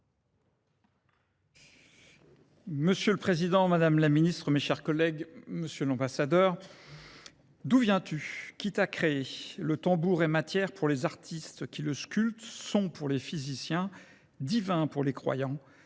Monsieur le Président, Madame la Ministre, mes chers collègues, Monsieur l'ambassadeur, D'où viens-tu, quitte à créer ? Le tambour est matière pour les artistes qui le sculptent, son pour les physiciens, divin pour les croyants.